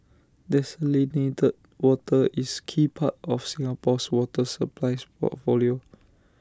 desalinated water is key part of Singapore's water supply portfolio